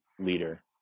leader